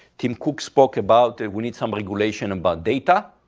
tim cook spoke about, we need some regulation about data,